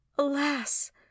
alas